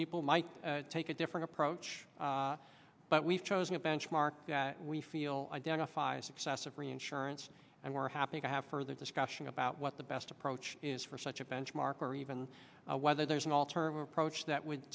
people might take a different approach but we've chosen a benchmark that we feel identified a successor reinsurance and we're happy to have further discussion about what the best approach is for such a benchmark or even whether there's an alternative approach that would